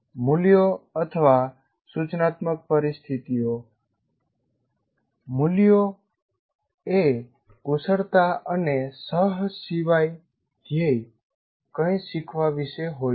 મૂલ્યો અથવા સૂચનાત્મક પરિસ્થિતિઓ મૂલ્યોએ કુશળતા અને સહ સિવાય ધ્યેય કંઇ શીખવા વિશે હોય છે